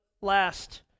last